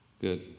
good